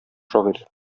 шагыйре